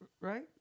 Right